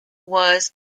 was